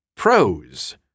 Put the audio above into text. Pros